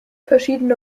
verschiedene